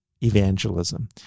evangelism